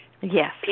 Yes